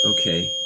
Okay